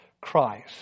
Christ